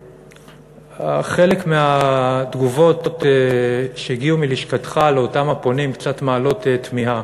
חלק מהתגובות שהגיעו מלשכתך לאותם הפונים קצת מעלות תמיהה.